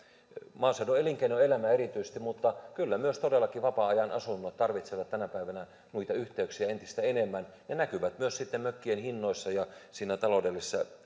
maaseudun elinkeinoelämä mutta kyllä myös todellakin vapaa ajanasunnot tarvitsee tänä päivänä noita yhteyksiä entistä enemmän ne näkyvät sitten mökkien hinnoissa ja siinä